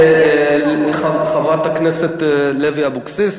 חברת הכנסת לוי אבקסיס,